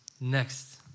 next